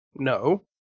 no